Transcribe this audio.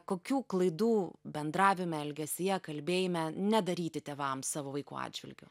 kokių klaidų bendravime elgesyje kalbėjime nedaryti tėvams savo vaikų atžvilgiu